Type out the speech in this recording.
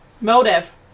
Motive